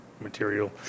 material